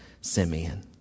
Simeon